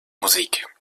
musik